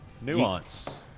Nuance